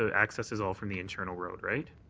ah access is all from the internal road. right?